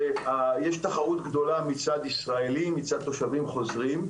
ויש תחרות גדולה מצד ישראלים, מצד תושבים חוזרים.